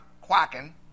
quacking